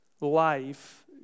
life